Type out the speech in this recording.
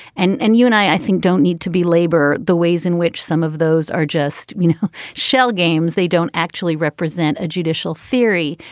and and you and i, i think, don't need to belabor the ways in which some of those are just, you know, shell games. they don't actually represent a judicial theory,